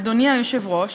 אדוני היושב-ראש,